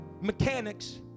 mechanics